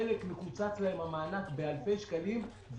לחלק מקוצץ המענק באלפי שקלים,